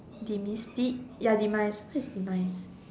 demise ya demise what is demise